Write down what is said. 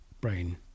Brain